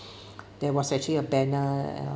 there was actually a banner